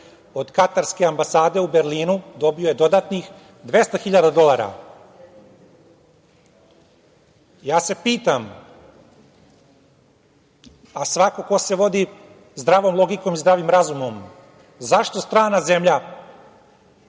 od katarske ambasade u Berlinu dobio je dodatnih 200.000 dolara. Ja se pitam, a svako ko se vodi zdravom logikom i zdravim razumom, zašto strana zemlja